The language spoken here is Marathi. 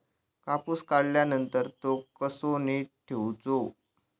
कापूस काढल्यानंतर तो कसो नीट ठेवूचो?